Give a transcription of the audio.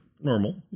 normal